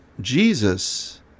Jesus